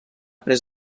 pres